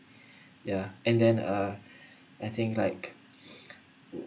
yeah and then uh I think like